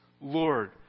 Lord